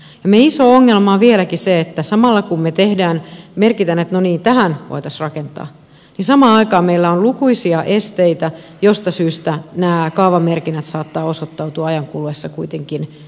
meidän iso ongelmamme on vieläkin se että samaan aikaan kun me merkitsemme että no niin tähän voitaisiin rakentaa meillä on lukuisia esteitä mistä syystä nämä kaavamerkinnät saattavat osoittautua ajan kuluessa kuitenkin valekaavoiksi